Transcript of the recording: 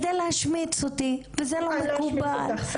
כדי להשמיץ אותי וזה לא מקובל.